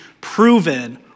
proven